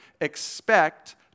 Expect